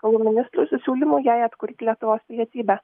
reikalų ministrui su siūlymu jai atkurti lietuvos pilietybę